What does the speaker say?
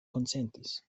konsentis